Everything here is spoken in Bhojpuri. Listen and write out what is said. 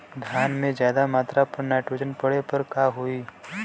धान में ज्यादा मात्रा पर नाइट्रोजन पड़े पर का होई?